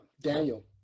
Daniel